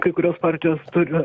kai kurios partijos turi